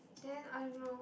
then I don't know